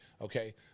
Okay